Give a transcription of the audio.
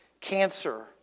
cancer